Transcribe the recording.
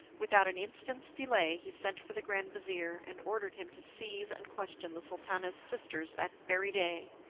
without an instant's delay he sent for the grand-vizir, and ordered him to seize and question the sultana's sisters that very day.